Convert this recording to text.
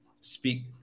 speak